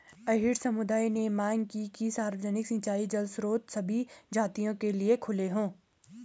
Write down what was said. अहीर समुदाय ने मांग की कि सार्वजनिक सिंचाई जल स्रोत सभी जातियों के लिए खुले हों